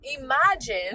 imagine